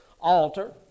altar